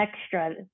extra